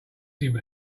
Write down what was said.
chasing